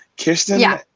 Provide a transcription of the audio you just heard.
Kirsten